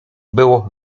było